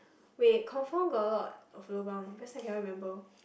wait confirm got a lot of lobang that's why cannot remember